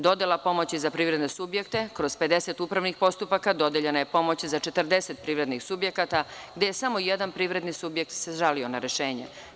Dodela pomoći za privredne subjekte kroz 50 upravnih postupaka dodeljena je pomoć za 40 privrednih subjekata gde je samo jedan privredni subjekt se žalio na rešenje.